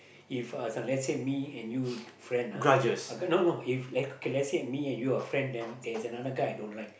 if uh this one let's say me and you friend ah no no if let okay let's say me and you are friend then there's another guy I don't like